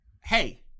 hey